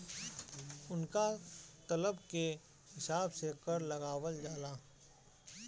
उनका तलब के हिसाब से कर लगावल जाला